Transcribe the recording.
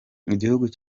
igihugu